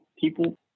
people